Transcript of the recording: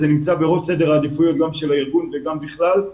זה נמצא בראש סדר העדיפויות גם של הארגון וגם בכלל,